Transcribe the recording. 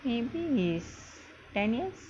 maybe he's ten years